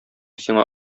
сиңа